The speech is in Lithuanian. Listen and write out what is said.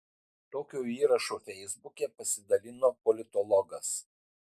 tokiu įrašu feisbuke pasidalino politologas